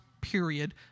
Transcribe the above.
period